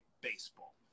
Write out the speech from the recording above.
baseball